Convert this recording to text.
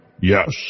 Yes